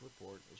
report